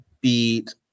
beat